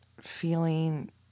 feeling